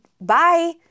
bye